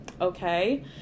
okay